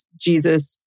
Jesus